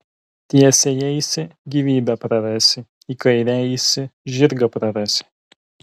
tiesiai eisi gyvybę prarasi į kairę eisi žirgą prarasi